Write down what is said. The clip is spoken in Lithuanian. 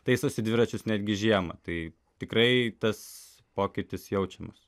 taisosi dviračius netgi žiemą tai tikrai tas pokytis jaučiamas